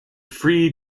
free